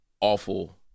awful